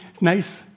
Nice